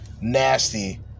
Nasty